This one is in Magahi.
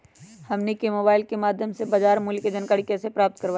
हमनी के मोबाइल के माध्यम से बाजार मूल्य के जानकारी कैसे प्राप्त करवाई?